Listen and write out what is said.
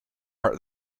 hurt